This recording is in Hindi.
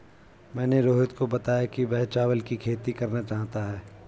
मैंने रोहित को बताया कि वह चावल की खेती करना चाहता है